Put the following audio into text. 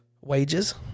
wages